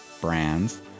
brands